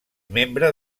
membre